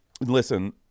listen